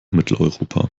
mitteleuropa